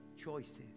choices